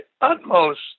utmost